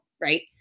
right